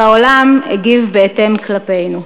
והעולם הגיב בהתאם כלפינו.